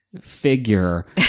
figure